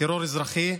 טרור אזרחי.